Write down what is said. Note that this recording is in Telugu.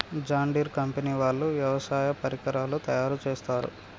జాన్ ఢీర్ కంపెనీ వాళ్ళు వ్యవసాయ పరికరాలు తయారుచేస్తారు